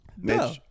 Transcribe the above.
No